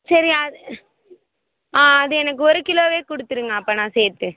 சரி அது அது எனக்கு ஒரு கிலோவே கொடுத்துருங்க அப்போன்னா சேர்த்து